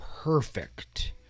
perfect